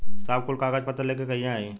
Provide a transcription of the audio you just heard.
साहब कुल कागज पतर लेके कहिया आई?